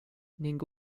ning